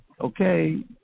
Okay